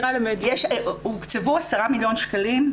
הוקצבו 10 מיליון שקלים,